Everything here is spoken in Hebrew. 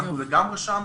אנחנו לגמרי שם,